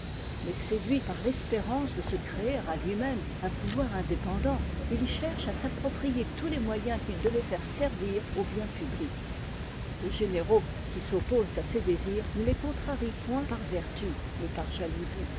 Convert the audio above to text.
mais séduit par l'espérance de se créer à lui-même un pouvoir indépendant it cherche à s'approprier tous les moyens qu'il devait faire servir au bien public les généraux qui s'opposent à ses désirs ne les contrarient point par vertu mais par jalousie